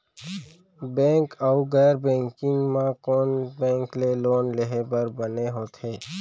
Bank अऊ गैर banking म कोन बैंक ले लोन लेहे बर बने होथे?